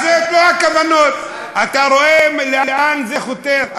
אז את רואה כוונות, את רואה לאן זה חותר.